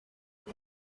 ubu